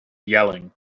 yelling